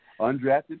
undrafted